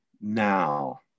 now